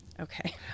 Okay